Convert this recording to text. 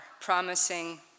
promising